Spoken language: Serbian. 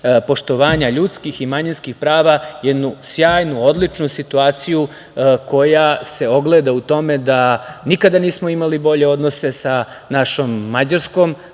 poštovanja ljudskih i manjinskih prava jednu sjajnu, odličnu situaciju koja se ogleda u tome da nikada nismo imali bolje odnose sa našom mađarskom